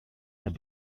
have